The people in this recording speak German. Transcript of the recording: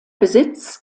besitz